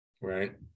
right